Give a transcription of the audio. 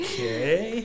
Okay